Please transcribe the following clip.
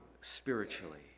spiritually